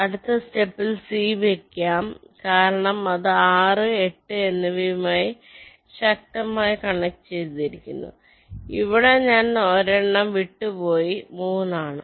അടുത്ത സ്റ്റെപ്പിൽ സി വെക്കാം കാരണം അത് 6 8 എന്നിവയുമായി ശക്തമായി കണക്ട് ചെയ്തിരിക്കുന്നു ഇവിടെ ഞാൻ ഒരെണ്ണം വെട്ടു പോയി 3